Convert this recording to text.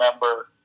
remember